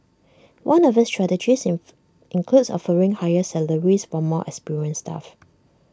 one of its strategies includes offering higher salaries for more experienced staff